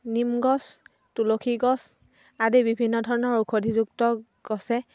নিম গছ তুলসী গছ আদি বিভিন্ন ধৰণৰ ঔষধিযুক্ত গছে